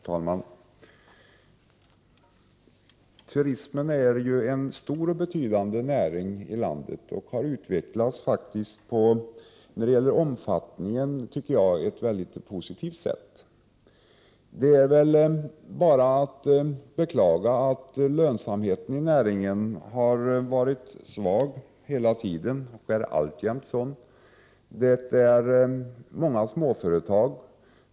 Herr talman! Turismen är en stor och betydande näring i landet och har när det gäller omfattningen utvecklats på ett positivt sätt. Det är bara att beklaga att lönsamheten i näringen hela tiden har varit svag och alltjämt är det. Det finns många småföretag.